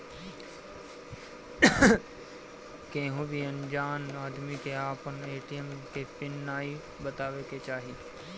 केहू भी अनजान आदमी के आपन ए.टी.एम के पिन नाइ बतावे के चाही